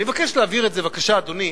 אני מבקש להעביר את זה, בבקשה, אדוני,